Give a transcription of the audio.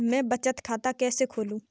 मैं बचत खाता कैसे खोलूं?